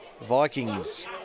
Vikings